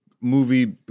movie